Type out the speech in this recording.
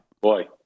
boy